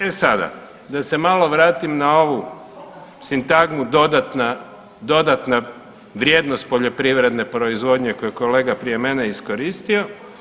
E sada, da se malo vratim na ovu sintagmu dodatna, dodatna vrijednost poljoprivredne proizvodnje koju je kolega prije mene iskoristio.